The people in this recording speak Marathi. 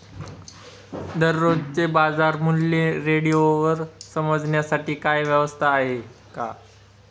दररोजचे बाजारमूल्य रेडिओवर समजण्यासाठी काही व्यवस्था आहे का?